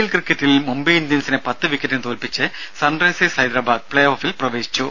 L ക്രിക്കറ്റിൽ മുംബൈ ഇന്ത്യൻസിനെ പത്ത് വിക്കറ്റിന് തോൽപ്പിച്ച് സൺറൈസേഴ്സ് ഹൈദരാബാദ് പ്ലേഓഫിൽ പ്രവേശിച്ചു